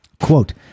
quote